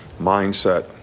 mindset